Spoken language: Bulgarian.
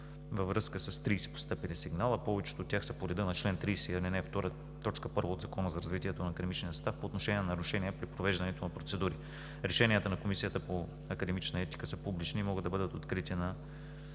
във връзка с 30 постъпили сигнала. Повечето от тях са по реда на чл. 30, ал. 2, т. 1 от Закона за развитието на академичния състав по отношение на нарушения при провеждането на процедури. Решенията на Комисията по академична етика са публични и могат да бъдат открити на